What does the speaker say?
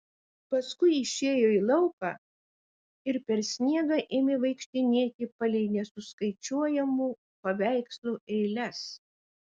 paskui išėjo į lauką ir per sniegą ėmė vaikštinėti palei nesuskaičiuojamų paveikslų eiles